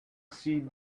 see